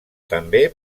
també